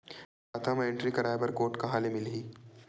खाता म एंट्री कराय बर बार कोड कहां ले मिलही?